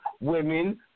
women